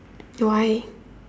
why